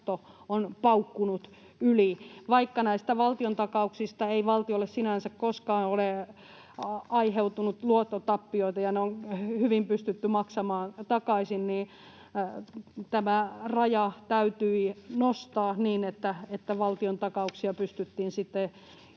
on paukkunut yli. Vaikka näistä valtiontakauksista ei valtiolle sinänsä koskaan ole aiheutunut luottotappioita ja ne on hyvin pystytty maksamaan takaisin, niin tämä raja täytyi nostaa niin, että valtiontakauksia pystyttiin